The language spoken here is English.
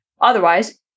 Otherwise